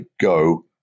go